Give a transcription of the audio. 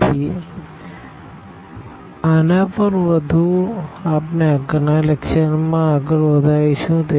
તેથી આના પર વધુ આપણે આગળનાં લેકચરમાં આગળ વધારીશું